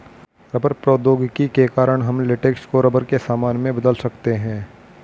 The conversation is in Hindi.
रबर प्रौद्योगिकी के कारण हम लेटेक्स को रबर के सामान में बदल सकते हैं